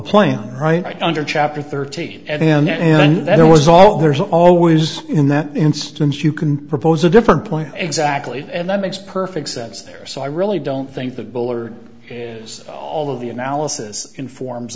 plan right under chapter thirteen and then there was all there is always in that instance you can propose a different point exactly and that makes perfect sense there so i really don't think the bowler is all of the analysis informs